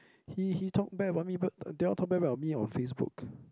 he he talk bad about me but they all talk bad about me on Facebook